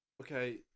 Okay